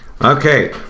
okay